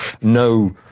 No